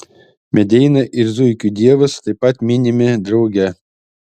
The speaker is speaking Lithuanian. medeina ir zuikių dievas taip pat minimi drauge